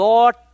Lord